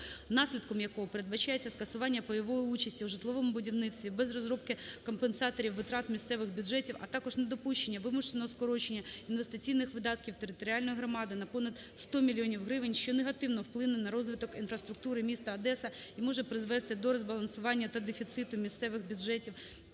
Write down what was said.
наслідком якого передбачається скасування пайової участі у житловому будівництві без розробки компенсаторів витрат місцевих бюджетів, а також недопущення вимушеного скорочення інвестиційних видатків територіальної громади на понад 100 млн. грн., що негативно вплине на розвиток інфраструктури міста Одеса і може призвести до розбалансування та дефіциту місцевих бюджетів